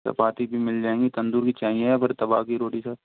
चपाती भी मिल जाएंगी तंदूरी चाहिए या फिर तवा की रोटी सर